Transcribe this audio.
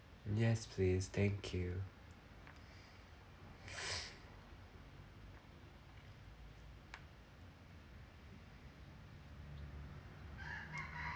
yes please thank you